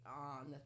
on